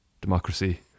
democracy